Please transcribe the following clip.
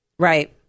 Right